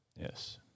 Yes